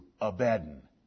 Abaddon